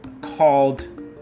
called